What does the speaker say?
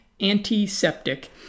antiseptic